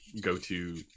go-to